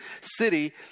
city